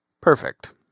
Perfect